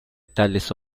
tales